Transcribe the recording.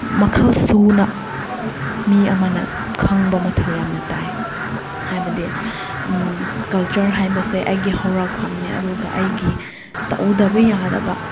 ꯃꯈꯜ ꯁꯨꯅ ꯃꯤ ꯑꯃꯅ ꯈꯪꯕ ꯃꯊꯧ ꯌꯥꯝꯅ ꯇꯥꯏ ꯍꯥꯏꯕꯗꯤ ꯀꯜꯆꯔ ꯍꯥꯏꯕꯁꯦ ꯑꯩꯒꯤ ꯍꯧꯔꯛꯐꯝꯅꯦ ꯑꯗꯨꯒ ꯑꯩꯒꯤ ꯇꯧꯗꯕ ꯌꯥꯗꯕ